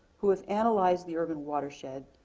who have analyzed the urban watershed,